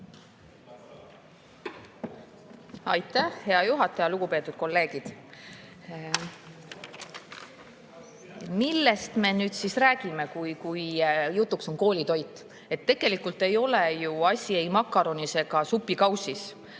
Aitäh, hea juhataja! Lugupeetud kolleegid! Millest me nüüd siis räägime, kui jutuks on koolitoit? Tegelikult ei ole ju asi ei makaronis ega supikausis.